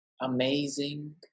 amazing